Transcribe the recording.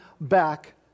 back